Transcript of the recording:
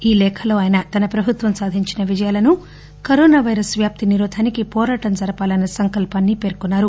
ఈ లేఖలో ఆయన తన ప్రభుత్వం సాధించిన విజయాలను కరోనా పైరస్ వ్యాప్తి నిరోధానికి పోరాటం జరపాలన్స సంకల్పాన్ని పేర్కొన్నారు